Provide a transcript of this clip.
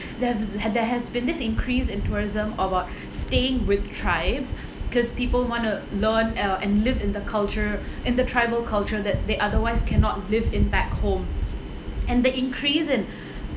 there have there has been this increase in tourism about staying with tribes because people want to learn uh and live in the culture in the tribal culture that they otherwise cannot live in back home and the increase in